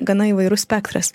gana įvairus spektras